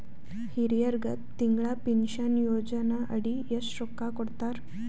ಹಿರಿಯರಗ ತಿಂಗಳ ಪೀನಷನಯೋಜನ ಅಡಿ ಎಷ್ಟ ರೊಕ್ಕ ಕೊಡತಾರ?